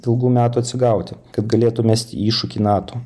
ilgų metų atsigauti kad galėtų mesti iššūkį nato